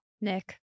Nick